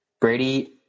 Brady